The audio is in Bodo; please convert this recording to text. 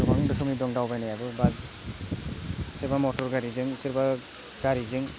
गोबां रोखोमनि दङ दावबायनायाबो सोरबा मथर गारिजों सोरबा गारिजों